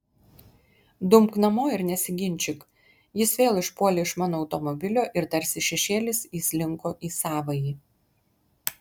dumk namo ir nesiginčyk jis vėl išpuolė iš mano automobilio ir tarsi šešėlis įslinko į savąjį